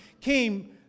came